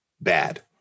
bad